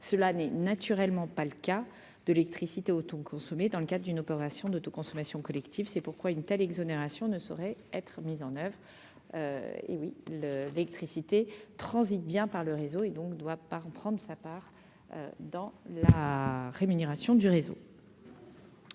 cela n'est naturellement pas le cas de l'électricité autant consommée dans le cadre d'une opération d'autoconsommation collective, c'est pourquoi une telle exonération ne sauraient être mises en oeuvre, hé oui, le l'électricité transite bien par le réseau et donc doit pas en prendre sa part dans la rémunération du réseau.